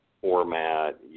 format